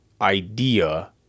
idea